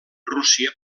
rússia